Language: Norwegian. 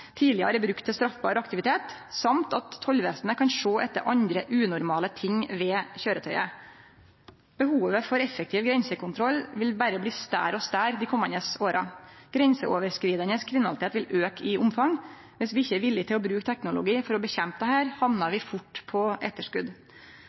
tidlegare er brukte til straffbar aktivitet, og tollvesenet kan sjå etter andre unormale ting ved køyretøyet. Behovet for effektiv grensekontroll vil berre bli større og større dei komande åra. Grenseoverskridande kriminalitet vil auke i omfang. Viss vi ikkje er villige til å bruke teknologi for å kjempe mot dette, hamnar